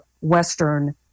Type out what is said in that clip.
Western